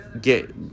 get